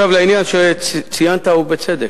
ועכשיו לעניין שציינת, ובצדק,